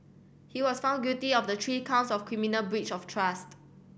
he was found guilty of the three counts of criminal breach of trust